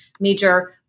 major